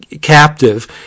captive